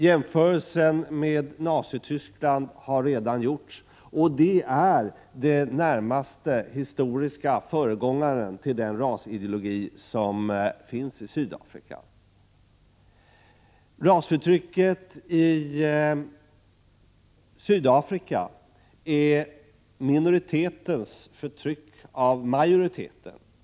Jämförelsen med Nazityskland har redan gjorts, och det är den närmaste historiska föregångaren till den rasideologi som finns i Sydafrika. Rasförtrycket i Sydafrika är minoritetens förtryck av majoriteten, vilket — Prot.